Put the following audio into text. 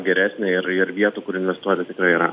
geresnė ir ir vietų kur investuoti tikrai yra